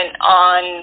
on